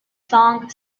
song